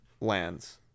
lands